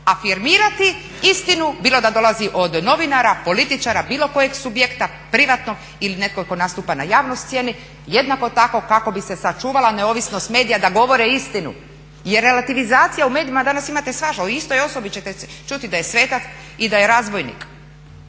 afirmirati istinu bilo da dolazi od novinara, političara, bilo kojeg subjekta privatnog ili netko tko nastupa na javnoj sceni jednako tako kako bi se sačuvala neovisnost medija da govore istinu jer relativizacija u medijima danas imate svašta, o istoj osobi ćete čuti da je svetac i da je razbojnik.